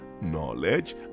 knowledge